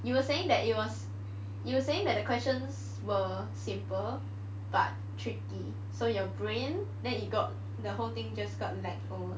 you were saying that it was you were saying that the questions were simple but tricky so your brain then it got the whole thing just got lag for me